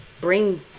bring